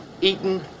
Eaton